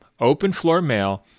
openfloormail